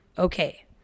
Okay